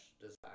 desire